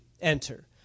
enter